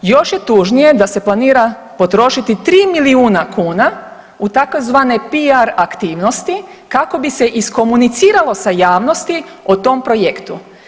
Još je tužnije da se planira potrošiti 3 milijuna kuna u tzv. PR aktivnosti kako bi se iskomuniciralo sa javnosti o tom projektu.